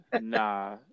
Nah